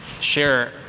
share